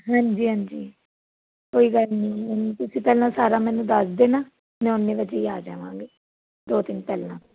ਹਾਂਜੀ ਹਾਂਜੀ ਕੋਈ ਗੱਲ ਨੀ ਮੈਨੂੰ ਤੁਸੀਂ ਪਹਿਲਾਂ ਸਾਰਾ ਮੈਨੂੰ ਦੱਸ ਦੇਣਾ ਮੈਂ ਓਨੇ ਵਜੇ ਈ ਆ ਜਾਵਾਂਗੀ ਦੋ ਦਿਨ ਪਹਿਲਾਂ